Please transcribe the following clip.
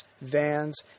vans